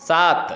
सात